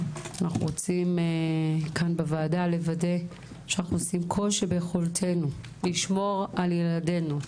רוצים לוודא בוועדה שאנחנו עושים כל שביכולתנו לשמור על ילדינו,